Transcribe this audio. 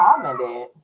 commented